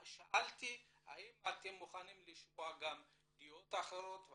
שאלתי האם אתם מוכנים לשמוע גם דעות אחרות,